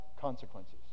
consequences